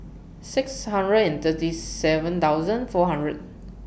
six hundred and thirty seven thousand four hundred